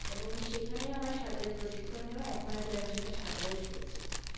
এবং সেখানে আমার সাঁতারের প্রশিক্ষণ নেওয়া এক মাস ধরে আমি সেখানে সাঁতারও শিখেছি